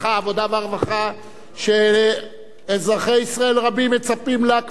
שאזרחי ישראל רבים מצפים לו כבר 30 שנה,